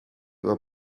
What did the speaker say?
were